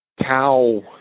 cow